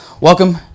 welcome